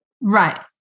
Right